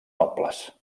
nobles